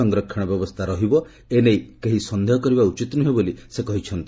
ସଂରକ୍ଷଣ ବ୍ୟବସ୍ଥା ରହିବ ଏ ନେଇ କେହି ସନ୍ଦେହ କରିବା ଉଚିତ ନୁହେଁ ବୋଲି ସେ କହିଛନ୍ତି